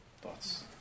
Thoughts